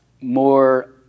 more